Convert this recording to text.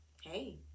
Hey